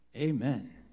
Amen